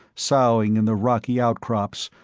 soughing in the rocky outcrops,